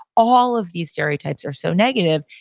all of these stereotypes are so negative.